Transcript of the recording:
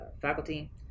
faculty